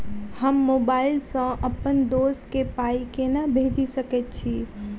हम मोबाइल सअ अप्पन दोस्त केँ पाई केना भेजि सकैत छी?